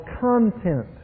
content